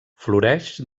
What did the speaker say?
floreix